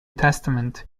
testament